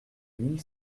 mille